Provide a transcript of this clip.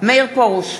מאיר פרוש,